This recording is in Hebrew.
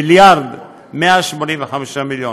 מיליארד ו-185 מיליון,